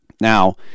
Now